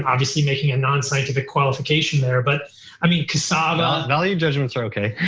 obviously making a non-scientific qualification there, but i mean, cassava. value judgments are okay.